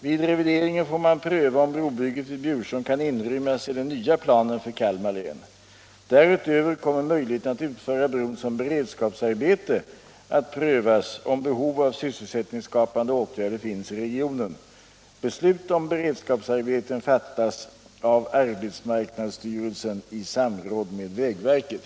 Vid revideringen får man pröva om brobygget vid Bjursund kan inrymmas i den nya planen för Kalmar län. Därutöver kommer möjligheten att utföra bron som beredskapsarbete att prövas om behov av sysselsättningsskapande åtgärder finns i regionen. Beslut om beredskapsarbeten fattas av arbetsmarknadsstyrelsen i samråd med vägverket.